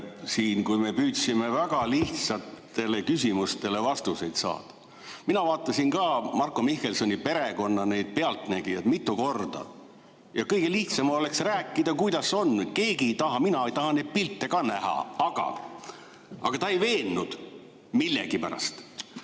õhku, kui me püüdsime väga lihtsatele küsimustele vastuseid saada. Mina vaatasin Marko Mihkelsoni perekonda puudutanud "Pealtnägijat" mitu korda. Kõige lihtsam oleks rääkida, kuidas on. Keegi ei taha, mina ka ei taha neid pilte näha, aga ta ei veennud millegipärast.